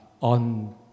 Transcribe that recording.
on